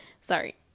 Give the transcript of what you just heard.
Sorry